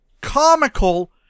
comical